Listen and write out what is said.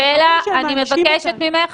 סטלה, אני מבקשת ממך.